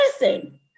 listen